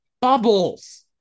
bubbles